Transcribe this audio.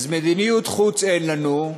אז מדיניות חוץ אין לנו.